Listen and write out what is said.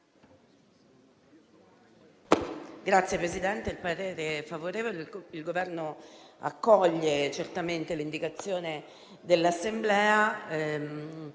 Signor Presidente, il parere è favorevole; il Governo accoglie certamente l'indicazione dell'Assemblea,